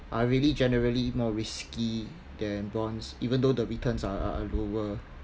are really generally more risky than bonds even though the returns are are lower